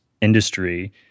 industry